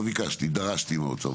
לא ביקשתי דרשתי מהאוצר,